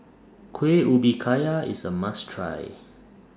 Kueh Ubi Kayu IS A must Try